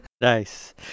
Nice